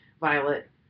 Violet